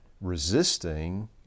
resisting